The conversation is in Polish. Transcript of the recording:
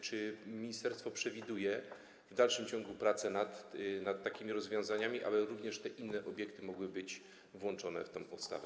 Czy ministerstwo przewiduje w dalszym ciągu prace nad takimi rozwiązaniami, aby również inne obiekty mogły być włączone w tę podstawę?